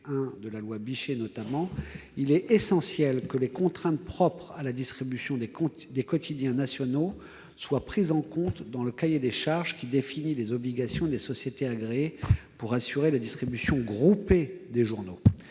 de la loi Bichet, notamment -, il est essentiel que les contraintes propres à la distribution des quotidiens nationaux soient prises en compte dans le cahier des charges où sont définies les obligations des sociétés agréées pour assurer la distribution groupée des journaux.